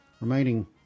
remaining